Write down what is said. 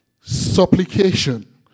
supplication